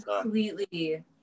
completely